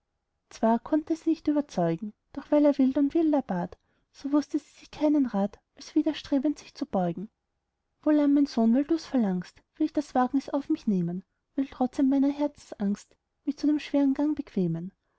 zwar konnt er sie nicht überzeugen doch weil er wild und wilder bat so wußte sie sich keinen rat als widerstrebend sich zu beugen wohlan mein sohn weil du's verlangst will ich das wagnis auf mich nehmen will trotzend meiner herzensangst mich zu dem schweren gang bequemen